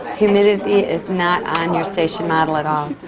humidity is not on your station model at all.